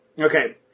Okay